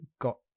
got